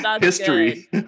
history